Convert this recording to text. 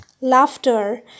laughter